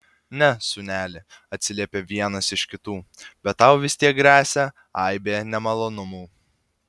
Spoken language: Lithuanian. ne sūneli atsiliepė vienas iš kitų bet tau vis tiek gresia aibė nemalonumų